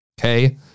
Okay